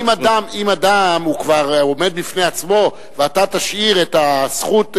אם אדם הוא כבר עומד בפני עצמו ואתה תשאיר את הזכות,